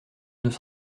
deux